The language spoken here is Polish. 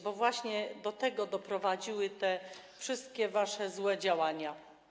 Bo właśnie do tego doprowadziły te wszystkie wasze złe działania.